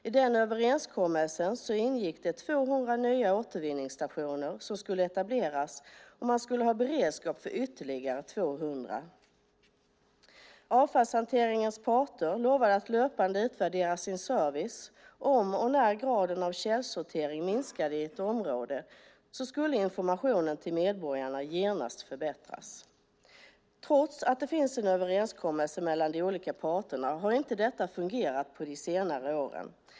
I överenskommelsen ingick 200 nya återvinningsstationer som skulle etableras, och man skulle ha en beredskap för ytterligare 200. Avfallshanteringens parter lovade att löpande utvärdera sin service. Om och när graden av källsortering minskade i ett område skulle informationen till medborgarna genast förbättras. Trots att det finns en överenskommelse mellan de olika parterna har inte detta fungerat de senaste åren.